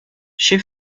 she